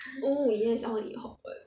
oh yes I want eat hot pot